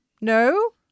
No